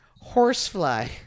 Horsefly